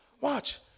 Watch